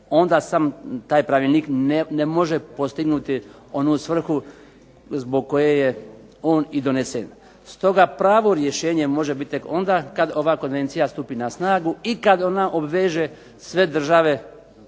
onda sam taj pravilnik ne može postignuti onu svrhu zbog koje je on i donesen. Stoga, pravo rješenje može biti tek onda kad ova konvencija stupi na snagu i kad ona obveže sve države